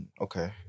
Okay